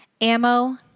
ammo